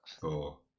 Four